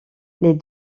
les